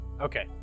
Okay